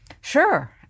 Sure